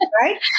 Right